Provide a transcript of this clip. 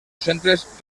centres